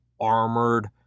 armored